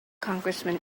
congressman